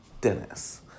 Dennis